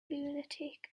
lunatic